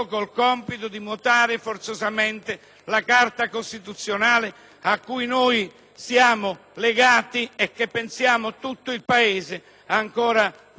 siamo legati e che, pensiamo, tutto il Paese ancora voglia rispettare e conservare integra nei suoi valori fondamentali.